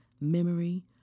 memory